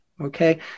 Okay